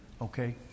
okay